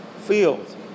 field